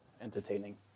entertaining